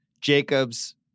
Jacobs